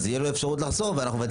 אז יהיה לו אפשרות לחזור ואנחנו מבטלים